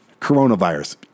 Coronavirus